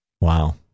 Wow